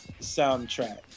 soundtrack